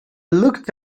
looked